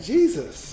Jesus